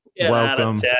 Welcome